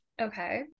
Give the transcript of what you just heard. Okay